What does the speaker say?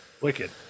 Wicked